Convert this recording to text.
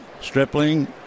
Stripling